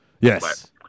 Yes